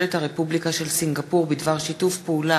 ממשלת הרפובליקה של סינגפור בדבר שיתוף פעולה